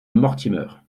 mortimer